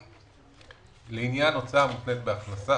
(1)לעניין הוצאה המותנית בהכנסה,